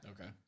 Okay